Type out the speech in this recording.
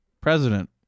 president